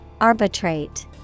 Arbitrate